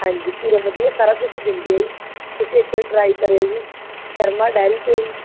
ਹਾਂਜੀ ਪੂਰਾ ਵਧੀਆ ਸਾਰਾ ਕੁਝ ਦਿੰਦੇ ਆ ਜੀ ਤੁਸੀਂ ਇੱਕ ਵਾਰੀ ਟਰਾਈ ਕਰਿਓ ਜੀ ਸ਼ਰਮਾ ਡੈਅਰੀ ਤੋਂ ਜੀ